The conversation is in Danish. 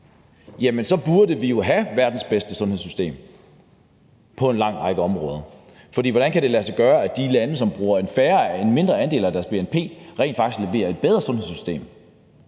rigtig, burde vi jo have verdens bedste sundhedssystem på en lang række områder, for hvordan kan det lade sig gøre, at de lande, som bruger en mindre andel af deres bnp, rent faktisk leverer et bedre sundhedssystem?